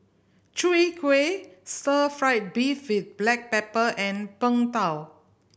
Chwee Kueh stir fried beef with black pepper and Png Tao